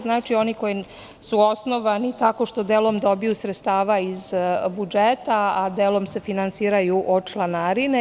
Znači, one koje su osnovane tako što delom dobiju sredstva iz budžeta, a delom se finansiraju od članarine.